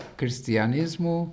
cristianismo